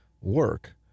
work